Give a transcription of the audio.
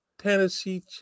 Tennessee